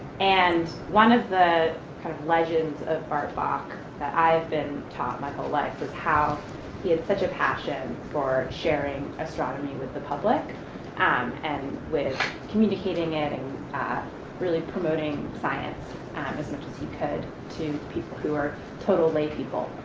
and one of the kind of legends of bart bok that i've been taught my whole life was how he had such a passion for sharing astronomy with the public um and with communicating and and ah really promoting science and um as much as he could to people who are total lay people.